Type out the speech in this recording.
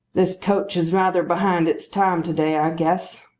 this coach is rather behind its time to-day, i guess.